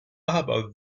aber